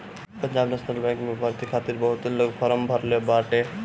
Punjab national bank में भर्ती खातिर बहुते लोग फारम भरले बाटे